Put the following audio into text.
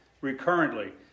recurrently